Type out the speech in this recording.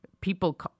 people